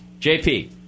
JP